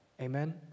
Amen